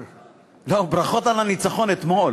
לא, ברכות על הניצחון אתמול.